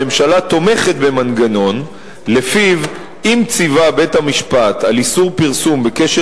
הממשלה תומכת במנגנון שלפיו אם ציווה בית-המשפט על איסור פרסום בקשר